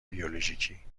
بیولوژیکی